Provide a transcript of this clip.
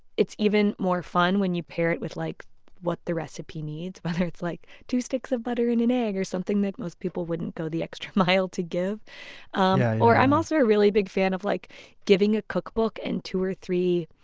it's even more fun when you pair it with like what the recipe needs, whether it's like two sticks of butter and an egg, or something that most people wouldn't go the extra mile to give um i'm also a really big fan of like giving a cookbook and two or three,